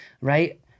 right